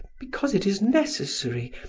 because it is necessary,